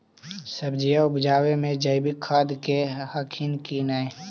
सब्जिया उपजाबे मे जैवीक खाद दे हखिन की नैय?